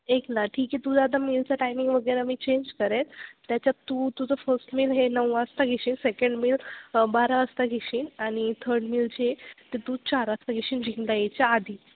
एकला ठीक आहे तुझं आता मिलचां टायमिंग वगैरे मी चेंज करेन त्याच्यात तू तुझं फर्स्ट मिल हे नऊ वाजता घेशील सेकंड मिल बारा वाजता घेशील आणि थर्ड मिल जे ते तू चार वाजता घेशील जीमला यायच्या आधी